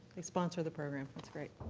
they sponsor the program. that's great.